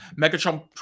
megatron